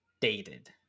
dated